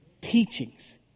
Teachings